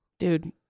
Dude